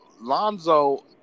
Lonzo